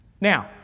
Now